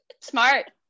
Smart